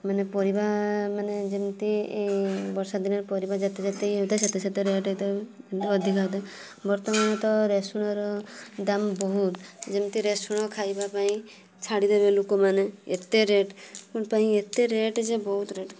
ମାନେ ପରିବା ମାନେ ଯେମିତି ବର୍ଷା ଦିନରେ ପରିବା ଯେତେ ଯେତେ ଇଏ ହେଇଥାଏ ସେତେ ସେତେ ରେଟ ଅଧିକା ହୋଇଥାଏ ବର୍ତ୍ତମାନ ତ ରେଶୁଣର ଦାମ ବହୁତ ଯେମିତି ରେଶୁଣ ଖାଇବା ପାଇଁ ଛାଡ଼ିଦେବେ ଲୋକମାନେ ଏତେ ରେଟ୍ କ'ଣ ପାଇଁ ଏତେ ରେଟ୍ ଯେ ବହୁତ ରେଟ୍